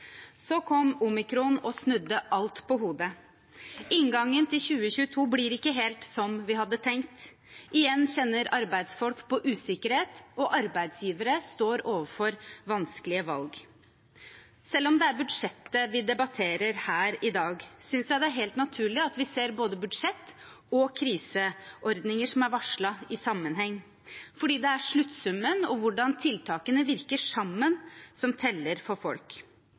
Så kom omikron og snudde alt på hodet. Inngangen til 2022 blir ikke helt sånn vi hadde tenkt. Igjen kjenner arbeidsfolk på usikkerhet, og arbeidsgivere står overfor vanskelige valg. Selv om det er budsjettet vi debatterer her i dag, synes jeg det er helt naturlig at vi ser både budsjett og kriseordninger som er varslet, i sammenheng. For det er sluttsummen og hvordan tiltakene virker sammen, som teller for folk.